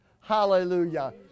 Hallelujah